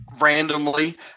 randomly